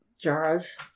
jars